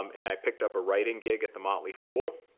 um and i picked up a writing gig at the motley fool.